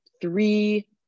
three